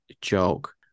joke